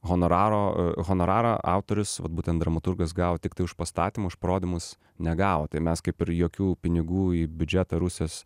honoraro honorarą autorius vat būtent dramaturgas gavo tiktai už pastatymą už parodymus negavo tai mes kaip ir jokių pinigų į biudžetą rusijos